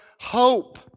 hope